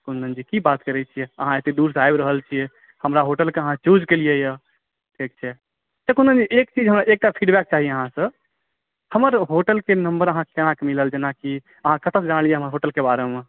कुन्दनजी की बात करै छियै अहाँ एते दूरसँ आबि रहल छियै हमरा होटलके अहाँ चुज केलियै यऽ ठीक छै तैं कोनो नहि एकटा फीडबैक चाही हमरा अहाँसँ हमर होटलके नम्बर अहाँकेॅं केनाकऽ मिलल जेनाकि अहाँ कतऽ से जानलीयै हमर होटलके बारेमे